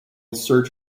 search